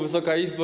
Wysoka Izbo!